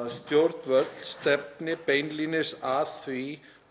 að stjórnvöld stefni beinlínis að því